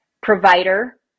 provider